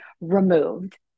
removed